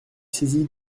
saisie